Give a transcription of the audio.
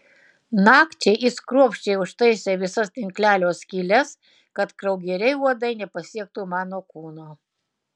nakčiai jis kruopščiai užtaisė visas tinklelio skyles kad kraugeriai uodai nepasiektų mano kūno